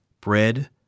bread